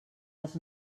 els